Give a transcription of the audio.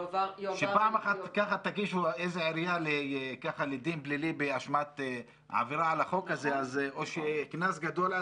פעם אחת תגישו איזו עירייה לדין פלילי באשמת עבירה על החוק או קנס גדול,